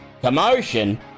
Commotion